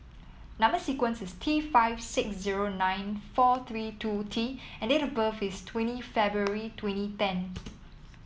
number sequence is T five six zero nine four three two T and date of birth is twenty February twenty ten